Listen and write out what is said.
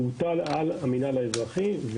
הוטלה על המינהל האזרחי.